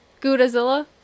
Godzilla